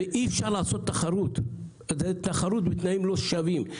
אי-אפשר ליצור תחרות, זו תחרות בתנאים לא שווים.